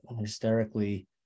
hysterically